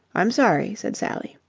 i'm sorry, said sally.